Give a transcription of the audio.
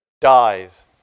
dies